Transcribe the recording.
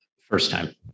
First-time